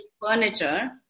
furniture